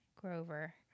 Grover